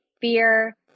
fear